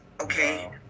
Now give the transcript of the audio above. okay